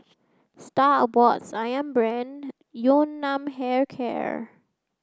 Star Awards Ayam Brand Yun Nam Hair Care